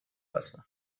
هستم